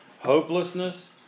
hopelessness